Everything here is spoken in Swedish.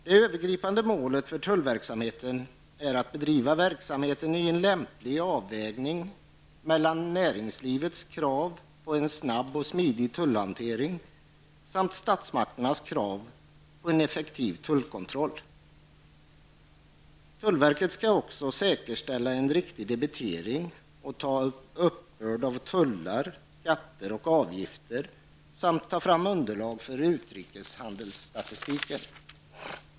Det övergripande målet för tullverksamheten är att den skall bedrivas i en lämplig avvägning mellan näringslivets krav på en snabb och smidig tullhantering samt statsmakternas krav på en effektiv tullkontroll. Tullverket skall också säkerställa en riktig debitering och uppbörd av tullar, skatter och avgifter samt ta fram underlag för utrikeshandelsstatistiken.